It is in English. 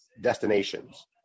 destinations